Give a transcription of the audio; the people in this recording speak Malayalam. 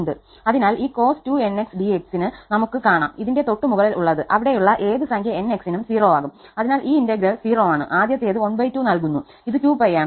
അതിനാൽ ഈ cos 2𝑛𝑥 𝑑𝑥 ന് നമുക് കാണാം ഇതിന്റെ തൊട്ടുമുകളിൽ ഉള്ളത് അവിടെയുള്ള ഏത് സംഖ്യ 𝑛𝑥 നും 0 ആകും അതിനാൽ ഈ ഇന്റഗ്രൽ 0 ആണ് ആദ്യത്തേത് ½ നൽകുന്നു ഇത് 2𝜋 ആണ്